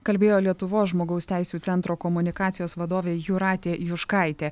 kalbėjo lietuvos žmogaus teisių centro komunikacijos vadovė jūratė juškaitė